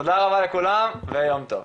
יום טוב.